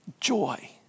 Joy